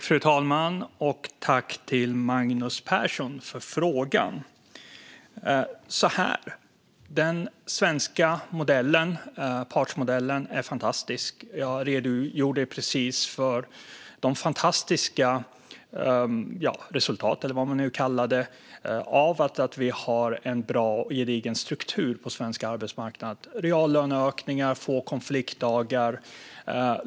Fru talman! Jag tackar Magnus Persson för frågan. Den svenska partsmodellen är fantastisk. Jag redogjorde just för de fantastiska resultaten av att vi har en bra och gedigen struktur på svensk arbetsmarknad, till exempel reallöneökningar och få konfliktdagar.